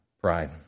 pride